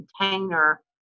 container